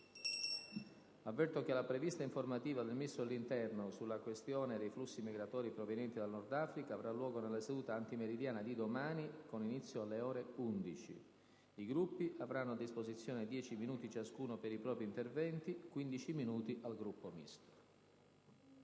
avverto che la prevista informativa del Ministro dell'interno sulla questione dei flussi migratori provenienti dal Nord Africa avrà luogo nella seduta antimeridiana di domani, con inizio alle ore 11. I Gruppi avranno a disposizione dieci minuti ciascuno per i propri interventi. Il Gruppo Misto